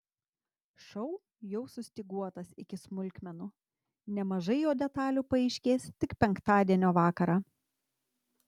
šou jau sustyguotas iki smulkmenų nemažai jo detalių paaiškės tik penktadienio vakarą